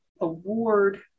award